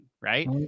right